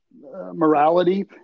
morality